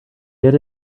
get